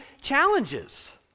challenges